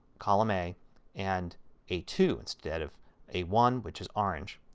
column a and a two instead of a one which is orange.